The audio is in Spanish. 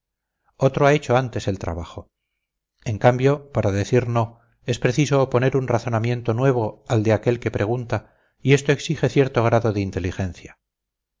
otro ha hecho antes el trabajo en cambio para decir no es preciso oponer un razonamiento nuevo al de aquel que pregunta y esto exige cierto grado de inteligencia